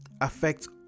affects